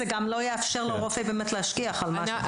זה גם לא יאפשר לרופא להשגיח על מה שקורה.